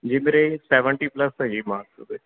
ਜੀ ਮੇਰੇ seventy plus ਹੈ ਜੀ ਮਾਰਕਸ ਉਹਦੇ